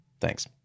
Thanks